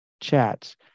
chats